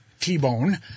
T-Bone